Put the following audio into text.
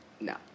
no